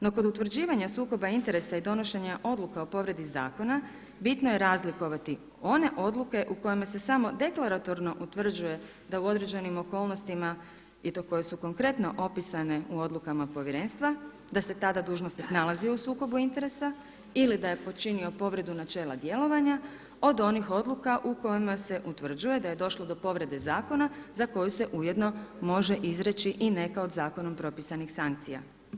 No kod utvrđivanja sukoba interesa i donošenja odluka o povredi zakona bitno je razlikovati one odluke u kojima se samo deklaratorno utvrđuje da u određenim okolnostima i to koje su konkretno opisane u odlukama Povjerenstva da se tada dužnosnik nalazi u sukobu interesa ili da je počinio povredu načela djelovanja od onih odluka u kojima se utvrđuje da je došlo do povrede zakona za koju se ujedno može izreći i neka od zakonom propisanih sankcija.